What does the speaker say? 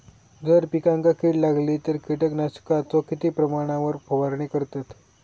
जर पिकांका कीड लागली तर कीटकनाशकाचो किती प्रमाणावर फवारणी करतत?